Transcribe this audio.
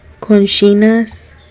Conchinas